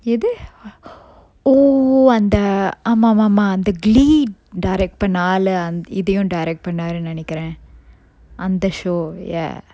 எது:ethu oh அந்த ஆமாமாமா அந்த:antha aamamama the glee direct பண்ண ஆளு இதையும்:panna aalu ithayum direct பண்ணாருன்னு நெனைக்குரன் அந்த:pannarunu nenaikkuran antha show ya